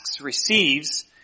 receives